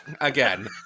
again